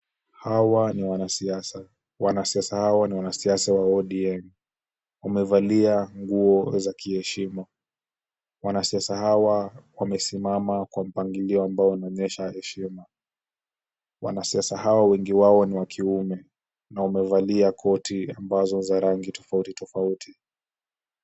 Hawa ni wanasiasa, wanasiasa hawa ni wanasiasa wa ODM. Wamevalia nguo za kiheshima. Wanasiasa hawa wamesimama kwa mpangilio ambao unaonyesha heshima. Wanasiasa hawa wengi wao ni wa kiume na wamevalia koti ambazo ni za rangi tofauti tofauti.